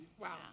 Wow